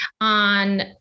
on